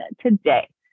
today